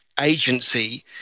agency